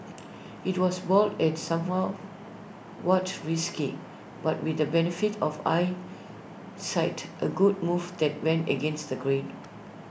IT was bold and somewhat was risky but with the benefit of hindsight A good move that went against the grain